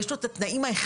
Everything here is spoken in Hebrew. יש לו את התנאים ההכרחיים,